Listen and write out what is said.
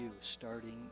starting